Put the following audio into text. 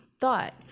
thought